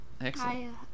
Excellent